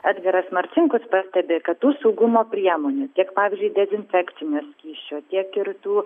edgaras marcinkus pastebi kad tų saugumo priemonių tiek pavyzdžiui dezinfekcinio skysčio tiek ir tų